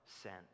sent